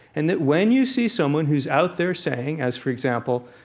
and that when you see someone who's out there saying as for example,